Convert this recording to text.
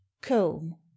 comb